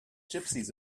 gypsies